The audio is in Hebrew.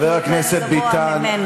חבר הכנסת ביטן,